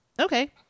okay